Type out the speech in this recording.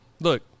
Look